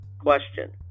Question